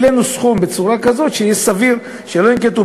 העלינו סכום בצורה כזאת שסביר שלא ינקטו